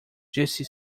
disse